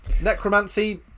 necromancy